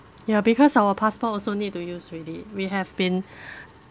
ya because our passport also need to use already we have been